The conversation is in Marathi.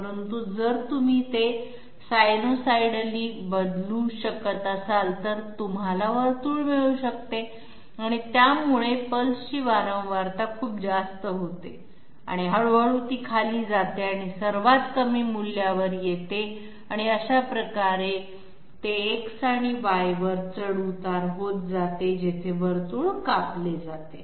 परंतु जर तुम्ही ते सायनसॉइडली बदलू शकत असाल तर तुम्हाला वर्तुळ मिळू शकते त्यामुळे पल्सची फिक्वेन्सी खूप जास्त होते हळूहळू खाली जाते आणि सर्वात कमी मूल्यावर येते आणि अशा प्रकारे ते X आणि Y वर चढ उतार होत जाते जेथे वर्तुळ कापले जात आहे